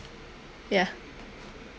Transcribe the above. ya